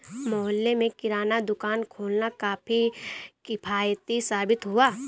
मोहल्ले में किराना दुकान खोलना काफी किफ़ायती साबित हुआ